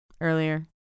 earlier